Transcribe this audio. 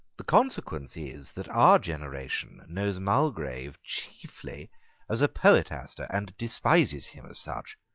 the consequence is that our generation knows mulgrave chiefly as a poetaster, and despises him as such.